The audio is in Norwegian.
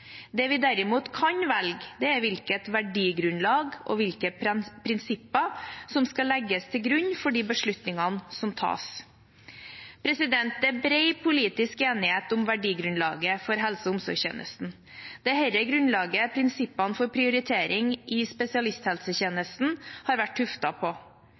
Det vi derimot kan velge, er hvilket verdigrunnlag og hvilke prinsipper som skal legges til grunn for de beslutningene som tas. Det er bred politisk enighet om verdigrunnlaget for helse- og omsorgstjenesten. Det er dette grunnlaget prinsippene for prioritering i spesialisthelsetjenesten har vært tuftet på.